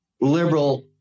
liberal